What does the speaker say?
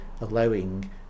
allowing